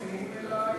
לא,